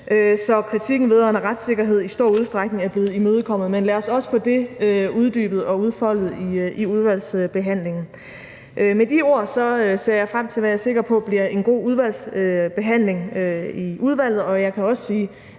så kritikken vedrørende retssikkerhed i stor udstrækning er blevet imødekommet. Men lad os også få det uddybet og udfoldet i udvalgsbehandlingen. Med de ord ser jeg frem til, hvad jeg er sikker på bliver en god udvalgsbehandling i udvalget. Og jeg kan også sige,